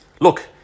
Look